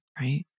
right